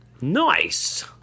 Nice